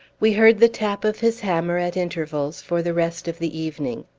we heard the tap of his hammer at intervals for the rest of the evening.